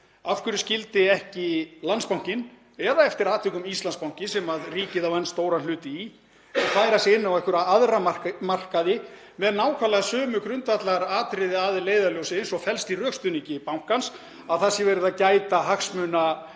Af hverju skyldi ekki Landsbankinn, eða eftir atvikum Íslandsbanki sem ríkið á enn stóran hlut í, færa sig inn á einhverja aðra markaði með nákvæmlega sömu grundvallaratriði að leiðarljósi og felast í rökstuðningi bankans, að það sé verið að gæta hagsmuna